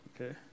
okay